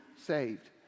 saved